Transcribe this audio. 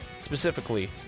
specifically